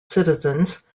citizens